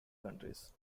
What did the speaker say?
countries